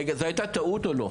רגע, זאת הייתה טעות או לא?